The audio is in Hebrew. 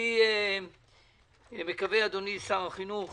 אני מקווה, אדוני שר החינוך